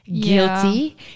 guilty